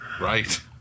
right